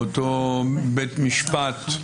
באותו בית משפט,